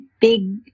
big